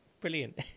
Brilliant